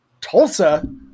Tulsa